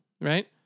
right